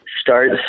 Start